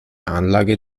anlage